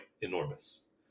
enormous